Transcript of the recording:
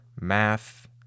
math